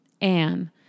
Anne